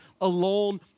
alone